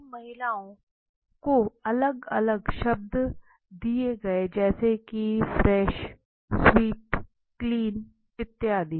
तो उन महिलाओं को अलग' अलग शब्द दिए गए जैसे की फ्रेश स्वीट क्लीन इत्यादी